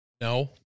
No